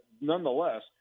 nonetheless